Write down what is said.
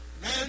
Man